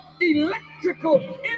electrical